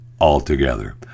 altogether